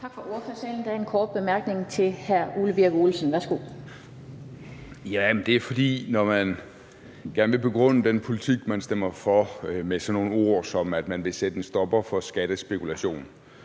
Tak for ordførertalen. Der er en kort bemærkning fra hr. Ole Birk Olesen. Værsgo. Kl. 19:43 Ole Birk Olesen (LA): Man vil gerne begrunde den politik, man stemmer for, med sådan nogle ord som, at man vil sætte en stopper for skattespekulation.